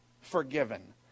forgiven